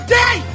day